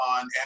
on